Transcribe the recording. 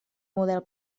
model